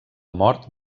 mort